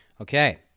Okay